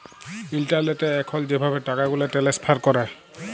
ইলটারলেটে এখল যেভাবে টাকাগুলা টেলেস্ফার ক্যরে